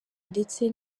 ndetse